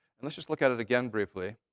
and let's just look at it again briefly.